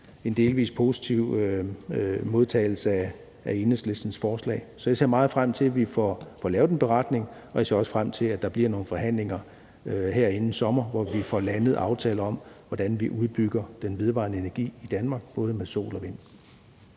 en delvis positiv modtagelse af Enhedslistens forslag. Så jeg ser meget frem til, at vi får lavet en beretning, og jeg ser også frem til, at der bliver nogle forhandlinger her inden sommer, hvor vi får landet en aftale om, hvordan vi udbygger den vedvarende energi i Danmark, både med sol- og